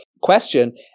Question